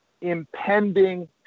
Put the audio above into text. impending